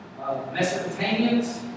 Mesopotamians